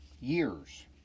years